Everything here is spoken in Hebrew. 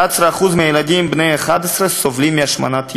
11% מהילדים בני ה-11 סובלים מהשמנת יתר.